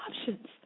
options